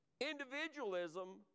Individualism